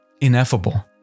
ineffable